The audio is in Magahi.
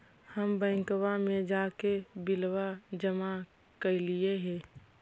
हम बैंकवा मे जाके बिलवा जमा कैलिऐ हे?